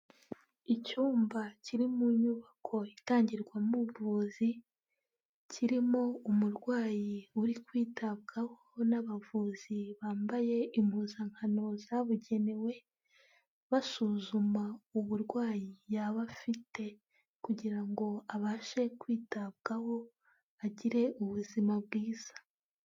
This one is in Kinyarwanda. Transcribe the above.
Icyumba kiri mu nyubako itangirwamo ubuvuzi, kirimo umurwayi uri kwitabwaho n'abavuzi bambaye impuzankano zabugenewe, basuzuma uburwayi yaba afite kugira ngo abashe kwitabwaho, agire ubuzima bwiza.